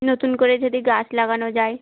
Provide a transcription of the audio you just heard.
নতুন করে যদি গাছ লাগানো যায়